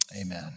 amen